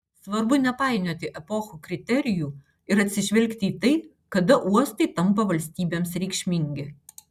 svarbu nepainioti epochų kriterijų ir atsižvelgti į tai kada uostai tampa valstybėms reikšmingi